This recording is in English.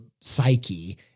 psyche